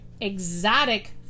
exotic